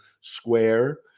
square